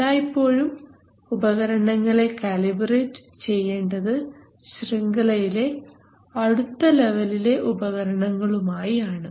എല്ലായിപ്പോഴും ഉപകരണങ്ങളെ കാലിബറേറ്റ് ചെയ്യേണ്ടത് ശൃംഖലയിലെ അടുത്ത ലെവലിലെ ഉപകരണങ്ങളുമായി ആണ്